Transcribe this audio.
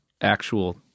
actual